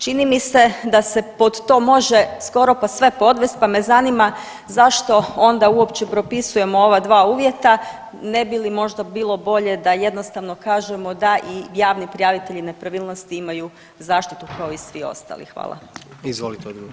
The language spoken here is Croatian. Čini mi se da se pod to „može“ skoro pa sve podvest, pa me zanima zašto onda uopće propisujemo ova dva uvjeta, ne bi li možda bilo bolje da jednostavno kažemo da i javni prijavitelji nepravilnosti imaju zaštitu kao i svi ostali?